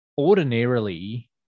ordinarily